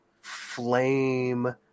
flame